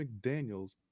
McDaniels